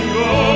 go